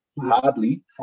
hardly